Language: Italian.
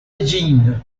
jin